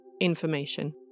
information